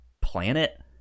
planet